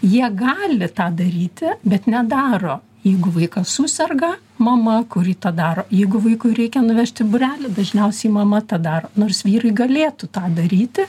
jie gali tą daryti bet nedaro jeigu vaikas suserga mama kuri tą daro jeigu vaikui reikia nuvežt į būrelį dažniausiai mama tą daro nors vyrai galėtų tą daryti